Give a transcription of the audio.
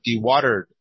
dewatered